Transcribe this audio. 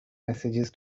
messages